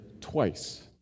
twice